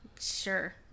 Sure